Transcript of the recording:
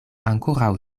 ankoraŭ